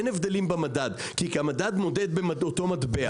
אין הבדלים במדד כי המדד מודד באותו מטבע.